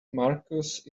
marcus